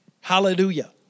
Hallelujah